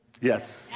Yes